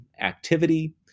activity